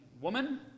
woman